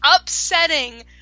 upsetting